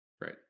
Right